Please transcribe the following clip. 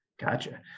Gotcha